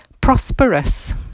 prosperous